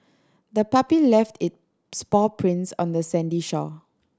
the puppy left its paw prints on the sandy shore